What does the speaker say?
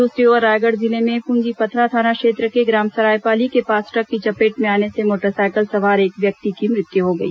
दूसरी ओर रायगढ़ जिले में पूंजीपथरा थाना क्षेत्र के ग्राम सरायपाली के पास ट्रक की चपेट में आने से मोटरसाइकिल सवार एक व्यक्ति की मृत्यु हो गई